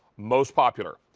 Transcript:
most popular,